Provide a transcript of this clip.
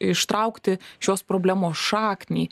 ištraukti šios problemos šaknį